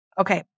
Okay